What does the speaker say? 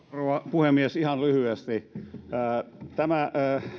puhemies ihan lyhyesti tämä